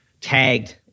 tagged